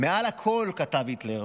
"מעל הכול", כתב היטלר,